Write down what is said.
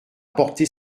porté